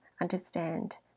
understand